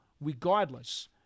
regardless